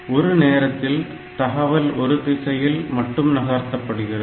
ஒரு நேரத்தில் தகவல் ஒரு திசையில் மட்டும் நகர்த்தப்படுகிறது